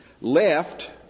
left